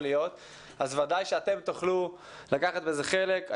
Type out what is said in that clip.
להיות ואז ודאי שאתם תוכלו לקחת בזה חלק.